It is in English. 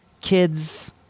kids